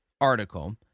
article